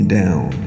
down